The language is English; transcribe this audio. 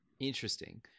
Interesting